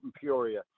Peoria